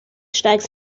steigst